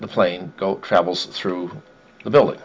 the plane go travels through the building